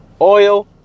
Oil